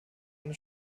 eine